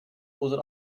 oder